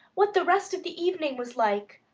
what the rest of the evening was like.